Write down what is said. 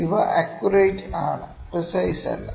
ഇവ അക്യൂറേറ്റ് ആണ്പ്രീസൈസല്ല